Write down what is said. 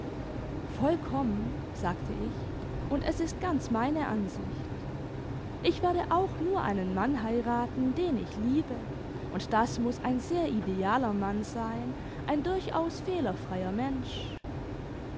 vollkommen sagte ich und es ist ganz meine ansicht ich werde auch nur einen mann heiraten den ich liebe und das muß ein sehr idealer mann sein ein durchaus fehlerfreier mensch